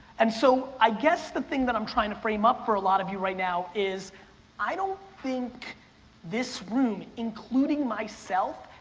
and so i guess the thing that i'm trying to frame up for a lot of you right now is i don't think this room, including myself,